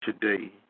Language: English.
today